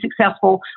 successful